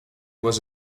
was